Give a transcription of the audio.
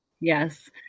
Yes